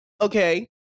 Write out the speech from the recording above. Okay